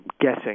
guessing